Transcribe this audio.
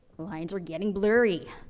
lines are getting blurry.